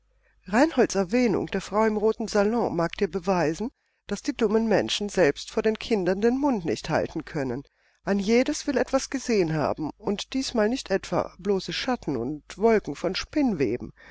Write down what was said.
reinholds erwähnung der frau im roten salon mag dir beweisen daß die dummen menschen selbst vor den kindern den mund nicht halten können ein jedes will etwas gesehen haben und diesmal nicht etwa bloße schatten und wolken von spinnweben